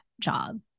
job